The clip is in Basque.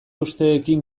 usteekin